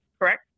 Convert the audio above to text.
correct